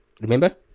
remember